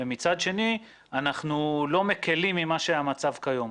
ומצד שני אנחנו לא מקלים עם המצב שקיים היום.